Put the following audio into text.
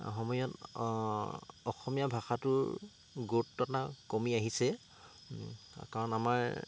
সময়ত অসমীয়া ভাষাটোৰ গুৰুত্বতা কমি আহিছে কাৰণ আমাৰ